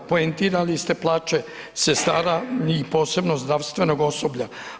Poentirali ste plaće sestara, njih posebno zdravstvenog osoblja.